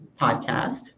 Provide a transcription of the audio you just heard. Podcast